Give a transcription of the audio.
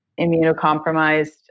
immunocompromised